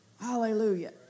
Hallelujah